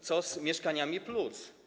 Co z „Mieszkaniem+”